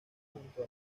junto